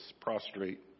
prostrate